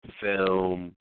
film